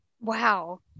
Wow